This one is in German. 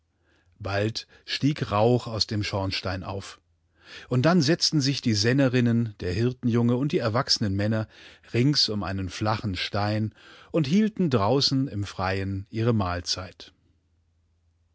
bald stieg rauch aus dem schornstein auf unddannsetztensichdiesennerinnen derhirtenjungeunddieerwachsenen männer rings um einen flachen stein und hielten draußen im freien ihre mahlzeit